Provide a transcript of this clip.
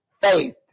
faith